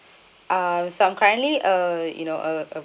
uh so I currently uh you know uh uh